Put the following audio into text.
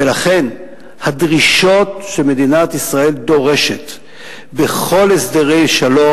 ולכן הדרישות שמדינת ישראל דורשת בכל הסדרי שלום,